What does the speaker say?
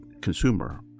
consumer